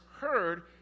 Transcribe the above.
heard